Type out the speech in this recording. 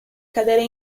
cadere